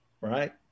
Right